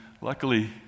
luckily